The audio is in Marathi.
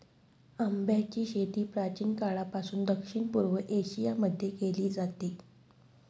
आंब्याची शेती प्राचीन काळापासून दक्षिण पूर्व एशिया मध्ये केली जाते